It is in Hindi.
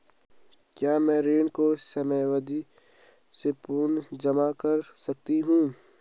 क्या मैं ऋण को समयावधि से पूर्व जमा कर सकती हूँ?